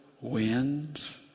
wins